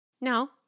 no